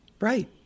Right